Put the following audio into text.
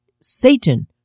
Satan